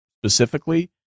specifically